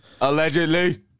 Allegedly